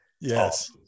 Yes